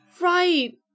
right